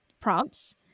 prompts